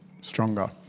stronger